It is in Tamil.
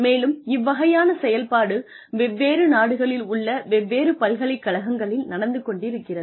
மேலும் இவ்வகையான செயல்பாடு வெவ்வேறு நாடுகளில் உள்ள வெவ்வேறு பல்கலைக்கழகங்களில் நடந்து கொண்டிருக்கிறது